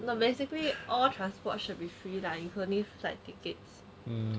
no basically all transport should be free lah including flight tickets